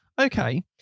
Okay